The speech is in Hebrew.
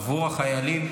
עבור החיילים,